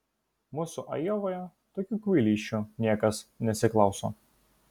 mūsų ajovoje tokių kvailysčių niekas nesiklauso